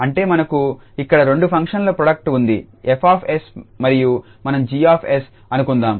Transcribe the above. అంటే మనకు ఇక్కడ రెండు ఫంక్షన్ల ప్రోడక్ట్ ఉంది F𝑠 మరియు మనం 𝐺𝑠 అనుకుందాం